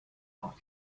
auch